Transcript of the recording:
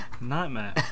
Nightmare